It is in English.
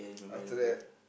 after that